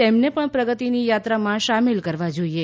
તેમને પણ પ્રગતિની યાત્રામાં સામેલ કરવા જોઇએ